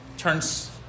turns